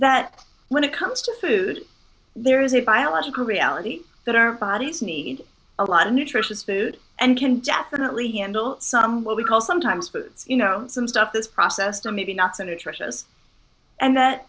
that when it comes to food there is a biological reality that our bodies need a lot of nutritious food and can definitely handle some what we call sometimes but you know some stuff this process to maybe not situations and that